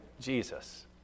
Jesus